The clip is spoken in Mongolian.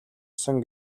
сан